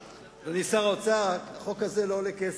אדוני שר האוצר, החוק הזה לא עולה כסף.